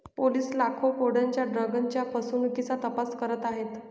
police लाखो पौंडांच्या ड्रग्जच्या फसवणुकीचा तपास करत आहेत